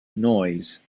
noise